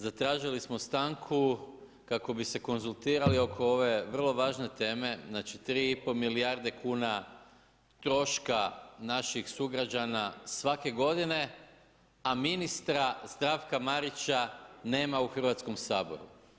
Zatražili smo stanku kako bi se konzultirali oko ove vrlo važne teme, znači 3,5 milijarde kuna troška naših sugrađana svake godine a ministra Zdravka Marića nema u Hrvatskom saboru.